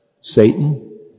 Satan